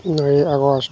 ᱯᱚᱱᱮᱨᱳᱭ ᱟᱜᱚᱥᱴ